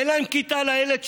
ואין להם כיתה לילד שלהם,